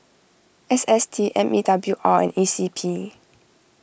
S S T M E W R and E C P